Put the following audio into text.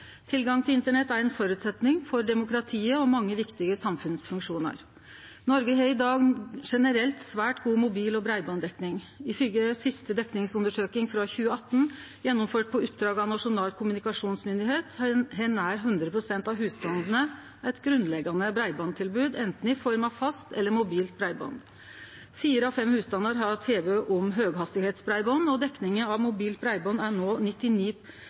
tilgang til internett. Tilgang til internett er ein føresetnad for demokratiet og mange viktige samfunnsfunksjonar. Noreg har i dag generelt svært god mobil- og breibandsdekning. Ifølgje siste dekningsundersøking frå 2018, gjennomført på oppdrag for Nasjonal kommunikasjonsmyndighet, har nær 100 pst. av husstandane eit grunnleggjande breibandstilbod i form av anten fast eller mobilt breiband. Fire av fem husstandar har tilbod om høghastigheitsbreiband, og dekninga for mobilt breiband er no på 99